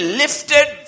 lifted